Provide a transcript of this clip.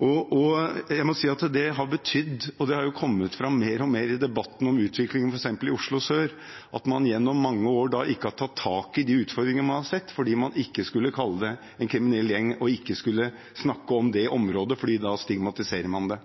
Det har kommet fram mer og mer i debatten om utviklingen f.eks. i Oslo sør at man gjennom mange år ikke har tatt tak i de utfordringene man har sett, fordi man ikke skulle kalle det en kriminell gjeng, og ikke skulle snakke om det området, for da stigmatiserte man det.